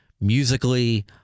musically